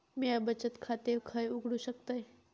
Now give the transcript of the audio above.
म्या बचत खाते खय उघडू शकतय?